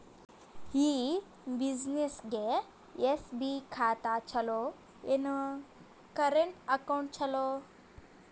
ಈ ಬ್ಯುಸಿನೆಸ್ಗೆ ಎಸ್.ಬಿ ಖಾತ ಚಲೋ ಏನು, ಕರೆಂಟ್ ಅಕೌಂಟ್ ಚಲೋ?